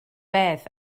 beth